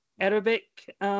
Arabic